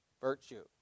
virtue